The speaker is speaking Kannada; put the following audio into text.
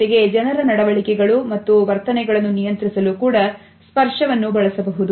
ಜೊತೆಗೆ ಜನರ ನಡವಳಿಕೆಗಳು ಮತ್ತು ವರ್ತನೆಗಳನ್ನು ನಿಯಂತ್ರಿಸಲು ಕೂಡ ಸ್ಪರ್ಶವನ್ನು ಬಳಸಬಹುದು